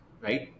right